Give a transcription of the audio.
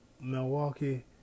Milwaukee